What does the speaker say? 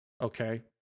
Okay